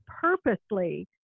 purposely